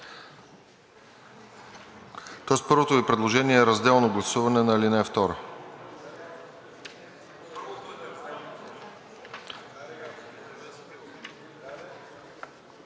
Тоест първото Ви предложение е разделно гласуване на ал. 2